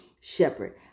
shepherd